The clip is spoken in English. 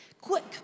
Quick